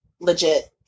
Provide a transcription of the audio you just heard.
legit